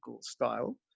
style